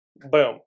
Boom